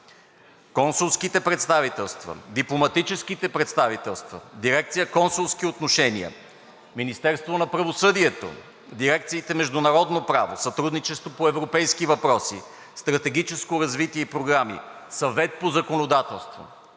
консулските представителства, дипломатическите представителства, Дирекция „Консулски отношения“, Министерството на правосъдието, дирекциите „Международно право“, „Сътрудничество по европейските въпроси“, „Стратегическо развитие и програми“, „Съвет по законодателство“.